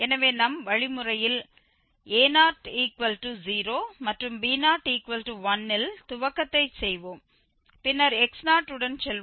எனவே நம் வழிமுறையில் a00 மற்றும்b01 இல் துவக்கத்தை செய்வோம் பின்னர் x0 உடன் செல்வோம்